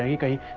okay.